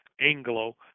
Anglo